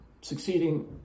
succeeding